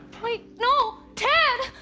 wait, no. ted!